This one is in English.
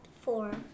Four